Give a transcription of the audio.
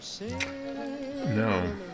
No